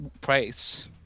price